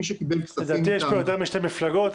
מי שקיבל כספים --- לדעתי יש פה יותר משתי מפלגות,